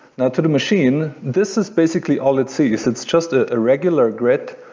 now to the machine, this is basically all it sees. it's just a ah regular grit,